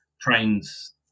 trains